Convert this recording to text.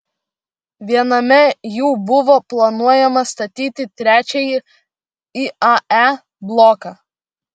viename jų buvo planuojama statyti trečiąjį iae bloką